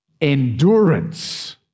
Endurance